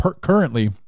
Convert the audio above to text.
currently